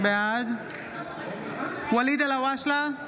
בעד ואליד אלהואשלה,